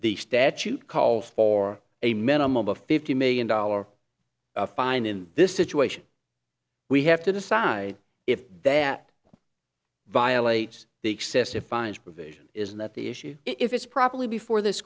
the statute call for a minimum of fifty million dollars fine in this situation we have to decide if that violates the excessive fines provision is that the issue if it's properly before this